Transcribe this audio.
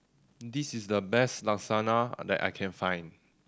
this is the best Lasagna that I can find